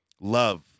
love